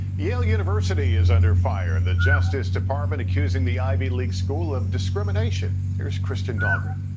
yale university is under fire. the justice department accuse ing the ivy league school of discrimination. here's kristen dahlgren.